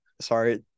sorry